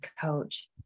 coach